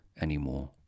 anymore